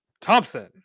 Thompson